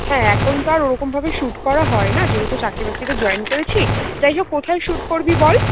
হ্যাঁ এখন তো আর ওরকমভাবে শ্যুট করা হয় না যেহেতু চাকরি বাকরিতে জয়েন করেছি যাই হোক কোথায় শ্যুট করবি বল